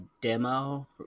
demo